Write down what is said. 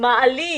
מעלית